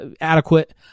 adequate